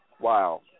Wow